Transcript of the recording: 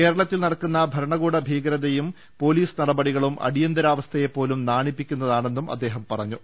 കേരളത്തിൽ നടക്കുന്ന ഭരണകൂട ഭീകരതയും പോലീസ് നടപടികളും അടിയന്തരാവസ്ഥയെപ്പോലും നാണിപ്പിക്കുന്നതാ ണെന്നും അദ്ദേഹം പറഞ്ഞു